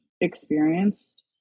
experienced